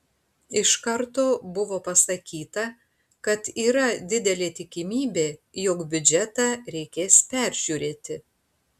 iš karto buvo pasakyta kad yra didelė tikimybė jog biudžetą reikės peržiūrėti